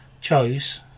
Chose